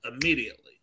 immediately